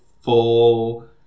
full